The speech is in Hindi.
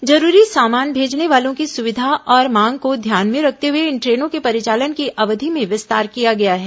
जरूरी सामान भेजने वालों की सुविधा और मांग को ध्यान में रखते हुए इन ट्रेनों के परिचालन की अवधि में विस्तार किया गया है